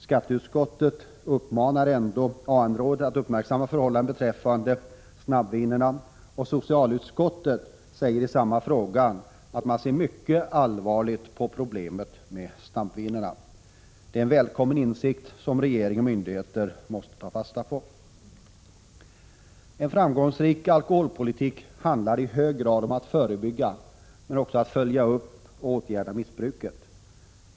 Skatteutskottets uppmaning till AN-rådet att uppmärksamma förhållandet beträffande snabbvinerna är ändå noterbart, och socialutskottets yttrande i samma fråga är att man ser mycket allvarligt på problemet med snabbvinerna. Detta är en välkommen insikt, som regering och myndigheter måste ta fasta på. En framgångsrik alkoholpolitik handlar i hög grad om att förebygga men också att följa upp och åtgärda missbruket.